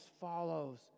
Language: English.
follows